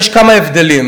כי יש כמה הבדלים.